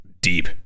deep